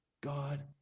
God